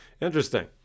Interesting